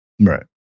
Right